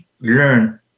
learn